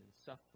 suffering